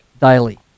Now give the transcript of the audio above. daily